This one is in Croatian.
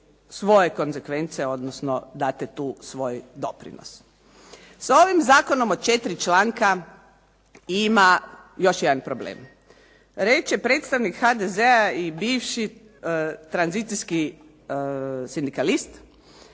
svoje konsekvence, odnosno date tu svoj doprinos. S ovim zakonom od 4 članka ima još jedan problem. Reče predstavnik HDZ-a i bivši tradicijski sindikalist,